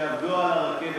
כשעבדו על הרכבת,